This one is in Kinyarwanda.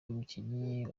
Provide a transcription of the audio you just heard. umukinnyi